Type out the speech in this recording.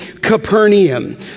Capernaum